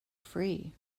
free